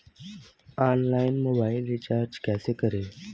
Online mobile recharge कैसे करें?